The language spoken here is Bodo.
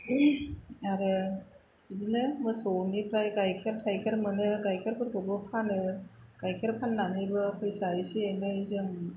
आरो बिदिनो मोसौनिफ्राय गाइखेर थाइखेर मोनो गाइखेरफोरखौबो फानो गाइखेर फाननानैबो फैसा एसे एनै जों